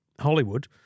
Hollywood